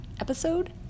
episode